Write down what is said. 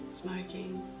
smoking